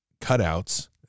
cutouts